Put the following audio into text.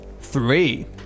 Three